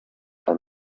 and